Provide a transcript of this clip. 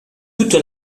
toute